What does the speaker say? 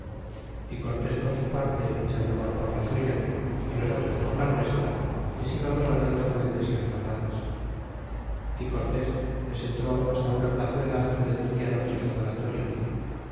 y cortés por su parte y sandoval por la suya y nosotros por la nuestra les íbamos ganando puentes y albarradas y cortés les entró hasta una plazuela donde tenian otros adoratorios